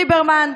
ליברמן,